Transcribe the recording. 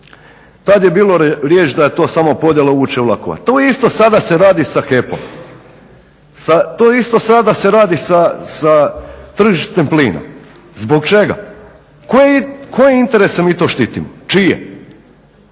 Tada je bilo riječ da je podjela vuče vlakova, to isto sada se radi sa HEP-om, to isto sada se radi s tržištem plina, zbog čega' koje interese mi to štitimo, čije?